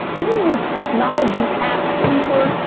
give me your technology app, sleeper,